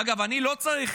אגב, אני לא צריך